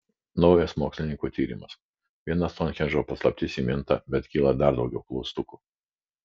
naujas mokslininkų tyrimas viena stounhendžo paslaptis įminta bet kyla dar daugiau klaustukų